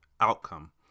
outcome